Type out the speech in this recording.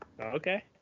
Okay